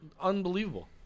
unbelievable